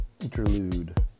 interlude